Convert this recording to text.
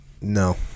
No